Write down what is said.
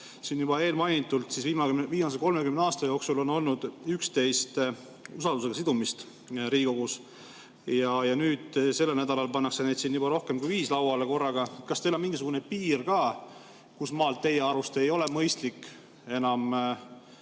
Siin juba mainiti, et viimase 30 aasta jooksul on olnud 11 usaldusega sidumist Riigikogus. Ja nüüd sellel nädalal pannakse neid siin juba rohkem kui viis korraga lauale. Kas teil on mingisugune piir ka, kust maalt teie arust ei ole enam